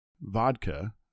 vodka